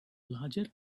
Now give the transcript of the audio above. larger